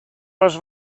masz